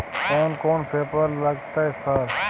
कोन कौन पेपर लगतै सर?